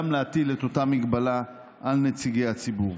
גם להטיל את אותה הגבלה על נציגי הציבור.